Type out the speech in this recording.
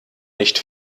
nicht